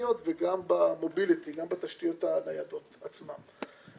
הפיזיות וגם במוביליטי, גם בתשתיות הניידות עצמן.